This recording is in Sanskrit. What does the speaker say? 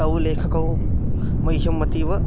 तौ लेखकौ मह्यम् अतीव